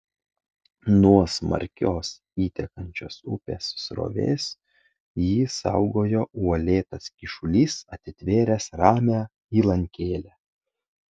nuo smarkios įtekančios upės srovės jį saugojo uolėtas kyšulys atitvėręs ramią įlankėlę